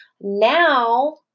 Now